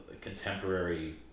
contemporary